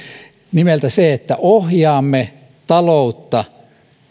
nimeltä se että ohjaamme taloutta